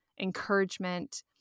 encouragement